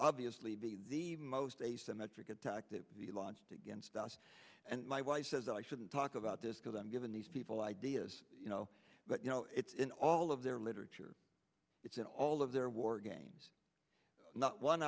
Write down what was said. obviously be the most asymmetric attack that we launched against us and my wife says i shouldn't talk about this because i'm giving these people ideas you know but you know it's in all of their literature it's in all of their war games not one